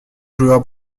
joueurs